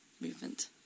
movement